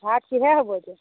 ভাত কিহে হ'ব এতিয়া